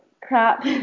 crap